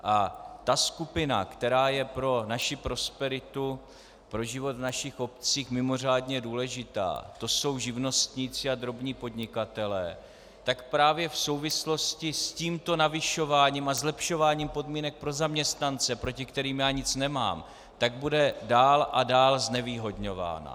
A ta skupina, která je pro naši prosperitu, pro život v našich obcích mimořádně důležitá, to jsou živnostníci a drobní podnikatelé, tak právě v souvislosti s tímto navyšováním a zlepšováním podmínek pro zaměstnance, proti kterým nic nemám, tak bude dál a dál znevýhodňována.